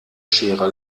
schere